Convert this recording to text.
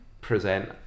present